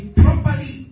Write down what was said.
properly